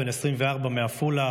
בן 24 מעפולה,